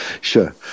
Sure